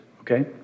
okay